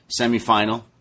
semifinal